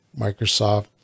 Microsoft